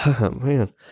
man